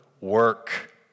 work